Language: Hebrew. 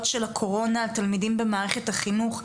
של הקורונה על תלמידים במערכת החינוך,